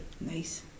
nice